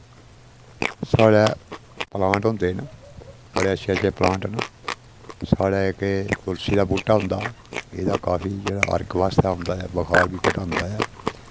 साढ़ै प्लांट होंदे न बड़े अच्छे अच्छे प्लांट न साढ़ै इक एह् तुलसी दा बूहूटा होंदा एह्दा काफी जेह्ड़ा अर्क बास्तै होंदा ऐ बखार बी घटांदा ऐ